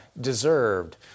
deserved